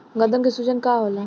गदन के सूजन का होला?